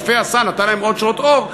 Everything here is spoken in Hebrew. יפה עשה, נתן להם עוד שעות אור.